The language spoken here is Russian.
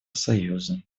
союза